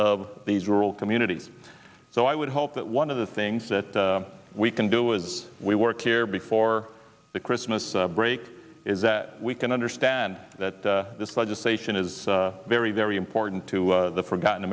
of these rural communities so i would hope that one of the things that we can do is we work here before the christmas break is that we can understand that this legislation is very very important to the forgotten